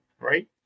right